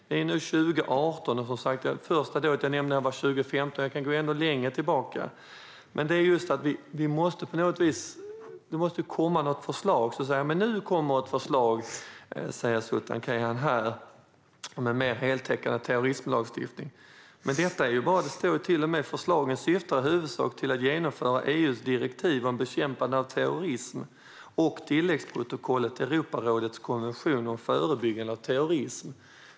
Det är nu 2018, och det första dådet jag nämnde skedde som sagt 2015. Man kan gå ännu längre tillbaka. Det måste komma något förslag. Nu kommer ett förslag, säger Sultan Kayhan här, om en mer heltäckande terroristlagstiftning. Men det står till och med i förslaget att det i huvudsak bara syftar till att genomföra EU:s direktiv om bekämpande av terrorism och tilläggsprotokollet till Europarådets konvention om förebyggande av terrorism.